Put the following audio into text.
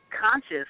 conscious